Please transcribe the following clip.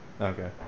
Okay